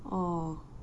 oh